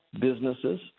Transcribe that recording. businesses